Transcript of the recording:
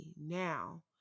Now